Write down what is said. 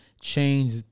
change